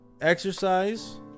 exercise